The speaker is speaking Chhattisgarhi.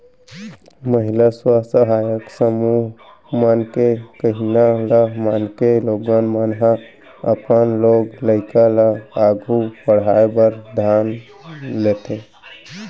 महिला स्व सहायता समूह मन के कहिना ल मानके लोगन मन ह अपन लोग लइका ल आघू पढ़ाय बर ठान लेथें